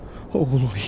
holy